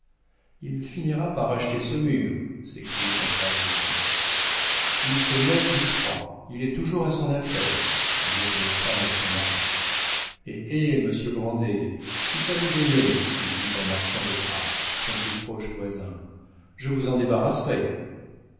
il finira par acheter saumur s'écriait un troisième il se moque du froid il est toujours à son affaire disait une femme à son mari eh eh monsieur grandet si ça vous gênait lui dit un marchand de drap son plus proche voisin je vous en débarrasserais